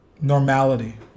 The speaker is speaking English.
normality